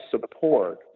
support